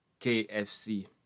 KFC